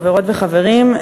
חברות וחברים,